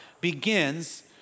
begins